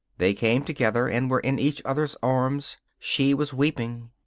they came together and were in each other's arms. she was weeping.